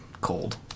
cold